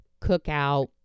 cookout